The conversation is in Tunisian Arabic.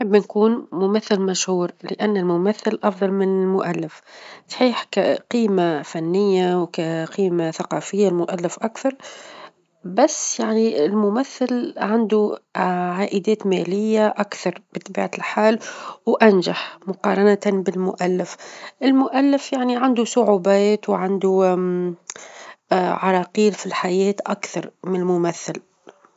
نحب نكون ممثل مشهور؛ لأن الممثل أفظل من المؤلف، صحيح كقيمة فنية، وكقيمة ثقافية المؤلف أكثر، بس يعني الممثل عنده عائدات مالية أكثر بطبيعة الحال، وأنجح مقارنةً بالمؤلف، المؤلف يعنى عنده صعوبات، وعنده عراقيل في الحياة أكثر من الممثل.